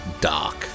dark